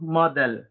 model